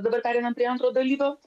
dabar pereinam prie antro dalyvio